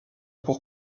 pour